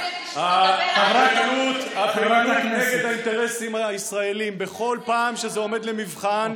הפעילות נגד האינטרסים הישראליים בכל פעם שזה עומד למבחן,